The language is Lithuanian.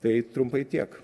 tai trumpai tiek